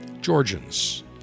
Georgians